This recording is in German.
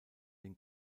den